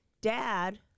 Dad